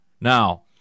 Now